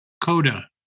coda